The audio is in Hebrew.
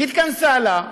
התכנסה לה,